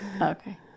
Okay